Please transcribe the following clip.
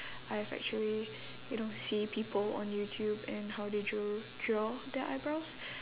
I've actually you know see people on youtube and how they drew draw their eyebrows